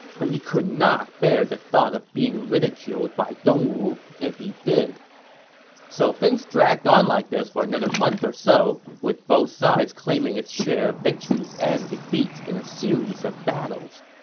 but he could not bear the thought of being ridiculed by dongwu if he did so things dragged on like this for another month or so, with both sides claiming its share of victories and defeats in a series of battles.